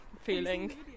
feeling